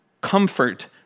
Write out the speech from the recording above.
comfort